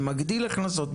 ומגדיל הכנסות,